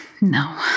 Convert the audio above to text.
No